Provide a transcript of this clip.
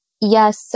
yes